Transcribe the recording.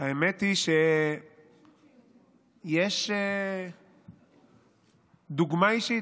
האמת היא שיש דוגמה אישית.